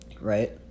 right